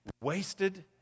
wasted